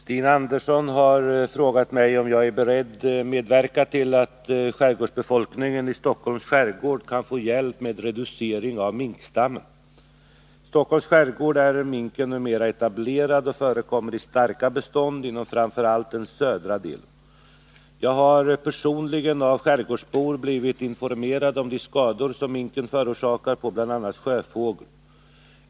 Stina Andersson har frågat mig om jag är beredd medverka till att skärgårdsbefolkningen i Stockholms skärgård kan få hjälp med reducering av minkstammen. I Stockholms skärgård är minken numera etablerad och förekommer i starka bestånd inom framför allt den södra delen. Jag har personligen av skärgårdsbor blivit informerad om de skador som minken förorsakar på bl.a. sjöfågel.